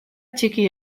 txiki